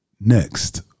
Next